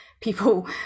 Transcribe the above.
people